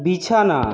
বিছানা